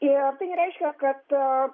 ir tai nereiškia kad